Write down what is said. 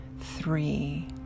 three